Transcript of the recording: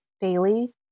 daily